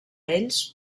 ells